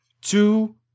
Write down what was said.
two